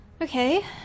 Okay